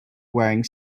wearing